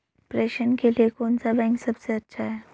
प्रेषण के लिए कौन सा बैंक सबसे अच्छा है?